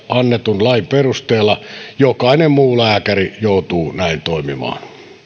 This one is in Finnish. annetun lain perusteella jokainen muu lääkäri joutuu näin toimimaan